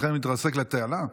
נותן לכם להתרסק לתעלה?